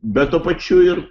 bet tuo pačiu ir